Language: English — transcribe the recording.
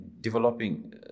developing